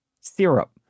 Syrup